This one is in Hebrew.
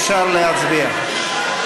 אפשר להצביע.